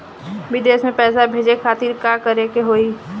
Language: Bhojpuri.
विदेश मे पैसा भेजे खातिर का करे के होयी?